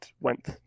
went